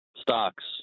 stocks